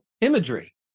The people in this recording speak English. imagery